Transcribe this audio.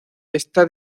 está